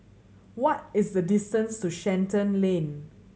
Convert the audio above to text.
what is the distance to Shenton Lane